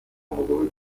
umugabo